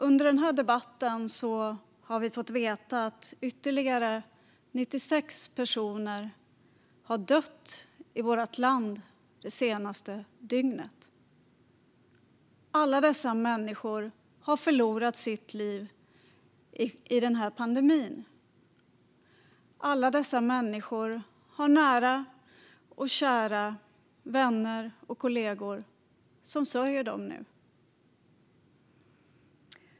Under den här debatten har vi fått veta att ytterligare 96 personer i vårt land har dött det senaste dygnet. Alla dessa människor har förlorat sitt liv i pandemin. Alla dessa människor har nära och kära, vänner och kollegor, som nu sörjer dem.